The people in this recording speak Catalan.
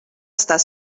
estar